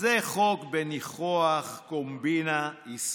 זה חוק בניחוח קומבינה ישראלית.